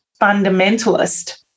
fundamentalist